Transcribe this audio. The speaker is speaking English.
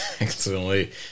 accidentally